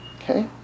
okay